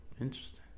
Interesting